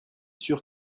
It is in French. sûr